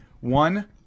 One